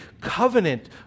covenant